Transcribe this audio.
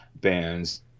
bands